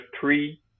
three